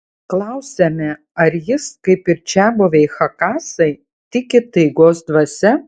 klausiame ar jis kaip ir čiabuviai chakasai tiki taigos dvasia